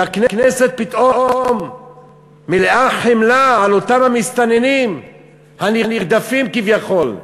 והכנסת פתאום מלאה חמלה על אותם המסתננים הנרדפים כביכול.